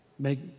make